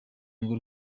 ngo